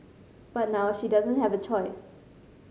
but now she doesn't have a choice